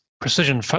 precision